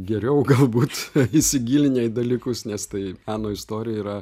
geriau galbūt įsigilinę į dalykus nes tai meno istorija yra